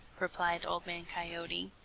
replied old man coyote.